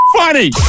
funny